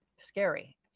scary